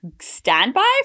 standby